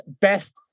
best